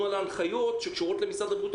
על ההנחיות שקשורות למשרד הבריאות או